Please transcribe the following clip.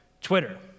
twitter